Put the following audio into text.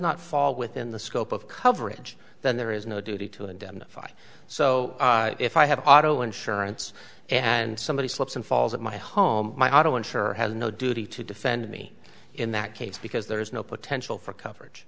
not fall within the scope of coverage then there is no duty to indemnify so if i have auto insurance and somebody slips and falls in my home my auto insurer has no duty to defend me in that case because there is no potential for coverage